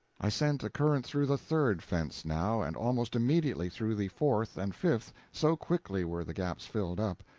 i sent a current through the third fence now and almost immediately through the fourth and fifth, so quickly were the gaps filled up.